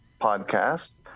podcast